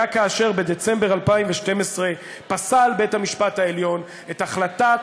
היה כאשר בדצמבר 2012 פסל בית המשפט העליון את החלטת